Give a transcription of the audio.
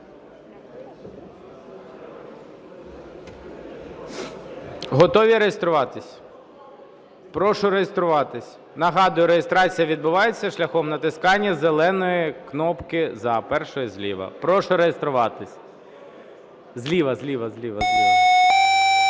Готові реєструватись? Прошу реєструватись. Нагадую, реєстрація відбувається шляхом натискання зеленої кнопки "за", першої зліва. Прошу реєструватись. Зліва, зліва.